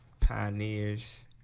Pioneers